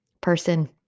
person